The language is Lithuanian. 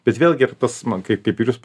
bet vėlgi ir tas man kaip kaip ir jūs